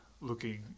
looking